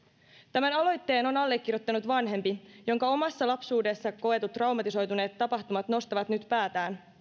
tämän aloitteen on allekirjoittanut vanhempi jonka omassa lapsuudessa koetut traumatisoineet tapahtumat nostavat nyt päätään